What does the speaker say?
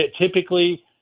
typically